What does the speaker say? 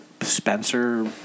Spencer